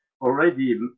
Already